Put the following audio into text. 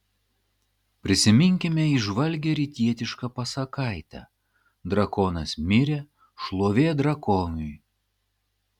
prisiminkime įžvalgią rytietišką pasakaitę drakonas mirė šlovė drakonui